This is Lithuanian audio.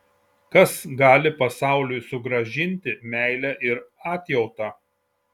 kas gali pasauliui sugrąžinti meilę ir atjautą